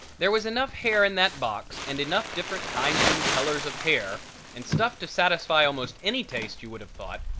there was enough hair in that box and enough different kinds and colors of hair and stuff to satisfy almost any taste, you would have thought,